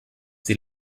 die